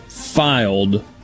Filed